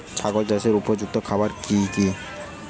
ছাগল চাষের উপযুক্ত খাবার কি কি?